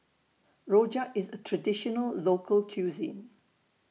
Rojak IS A Traditional Local Cuisine